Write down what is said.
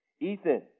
Ethan